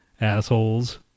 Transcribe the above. Assholes